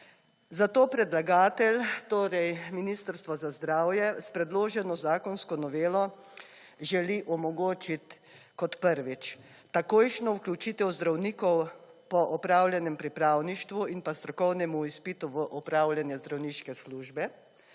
Zato predlagatelj torej Ministrstvo za zdravje s predloženo zakonsko novelo želi omogočiti kot prvič, takojšnjo vključitev zdravnikov po opravljenem pripravništvu in pa strokovnemu izpitu v opravljanje zdravniške službe.